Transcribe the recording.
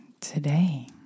today